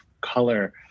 color